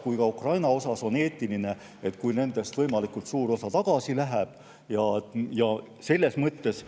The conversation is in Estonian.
kui ka Ukraina jaoks on eetiline, kui nendest võimalikult suur osa tagasi läheb. Selles mõttes